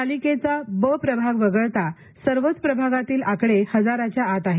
पालिकेचा ब प्रभाग वगळता सर्वच प्रभागातील आकडे हजाराच्या आत आहेत